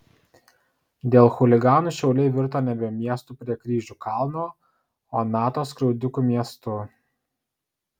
dėl chuliganų šiauliai virto nebe miestu prie kryžių kalno o nato skriaudikų miestu